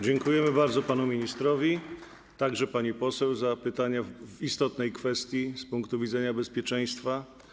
Dziękujemy bardzo panu ministrowi, a także pani poseł za pytania w istotnej kwestii z punktu widzenia bezpieczeństwa.